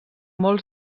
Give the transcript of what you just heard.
molts